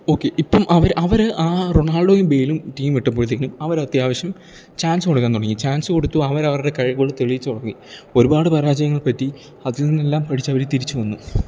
okay ഇപ്പം അവർ അവർ ആ റൊണാൾഡോയും ബേയ്ലും ടീം വിട്ടപ്പോഴാത്തെക്കും അവർ അത്യാവശ്യം ചാൻസ്സ് കൊടുക്കാൻ തുടങ്ങി ചാൻസ്സ് കൊടുത്തു അവർ അവരുടെ കഴിവുകൾ തെളിയിച്ച് തുടങ്ങി ഒര്പാട് പരാജയങ്ങൾ പറ്റി അതിൽ നിന്നെല്ലാം പിടിച്ചവർ തിരിച്ച് വന്നു